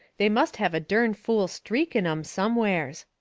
they must have a dern fool streak in em somewheres.